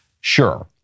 Sure